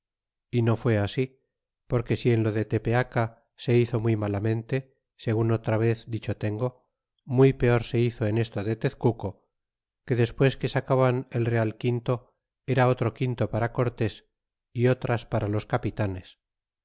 y no fué así porque si en lo de tepeaca se hizo muy malamente segun otra vez dicho tengo muy peor se hizo en esto de tezcuco que despues que sacaban el real quinto era otro quinto para cortés y otras para los capitanes